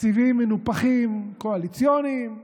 תקציבים קואליציוניים מנופחים.